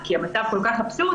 כי המצב כל כך אבסורדי,